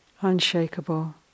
unshakable